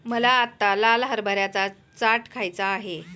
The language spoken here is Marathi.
मला आत्ता लाल हरभऱ्याचा चाट खायचा आहे